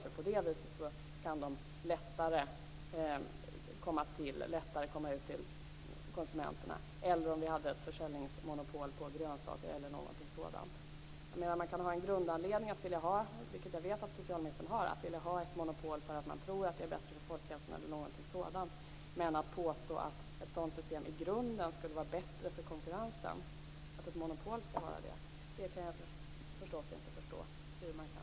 Skulle hon säga att de på det viset lättare kan komma ut till konsumenterna - alltså om vi hade ett försäljningsmonopol på grönsaker eller något sådant? Man kan ha en grundanledning till att vilja ha ett monopol - det vet jag att socialministern har - för att man tror att det är bättre för folkhälsan eller något sådant. Men att påstå att ett sådant system i grunden skulle vara bättre för konkurrensen, att ett monopol skulle vara det, det kan jag förstås inte förstå. Jag kan inte förstå hur man tycka det.